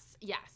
Yes